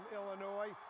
Illinois